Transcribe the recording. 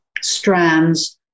strands